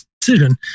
decision